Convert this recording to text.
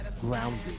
grounded